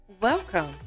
Welcome